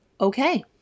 okay